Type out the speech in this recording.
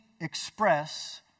express